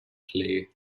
play